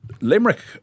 Limerick